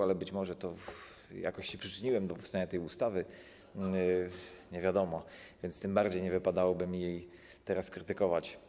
Ale być może jakoś się przyczyniłem do powstania tej ustawy, nie wiadomo, więc tym bardziej nie wypadałoby mi jej teraz krytykować.